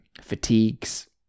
fatigues